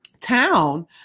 town